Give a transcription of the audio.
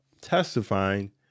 testifying